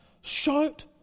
Shout